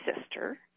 sister